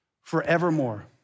forevermore